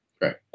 right